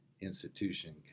institution